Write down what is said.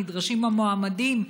נדרשים המועמדים,